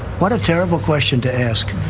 what a terrible question to ask.